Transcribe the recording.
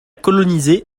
colonisé